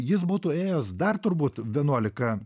jis būtų ėjęs dar turbūt vienuolika